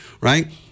right